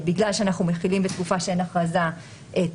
בגלל שאנחנו מחילים בתקופה שאין הכרזה את